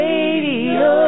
Radio